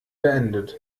beendet